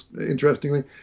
interestingly